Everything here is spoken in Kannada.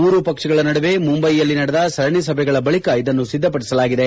ಮೂರೂ ಪಕ್ಷಗಳ ನಡುವೆ ಮುಂಬ್ವೆಯಲ್ಲಿ ನಡೆದ ಸರಣಿ ಸಭೆಗಳ ಬಳಿಕ ಇದನ್ನು ಸಿದ್ದಪಡಿಸಲಾಗಿದೆ